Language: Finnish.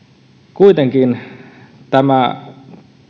kuitenkin tämä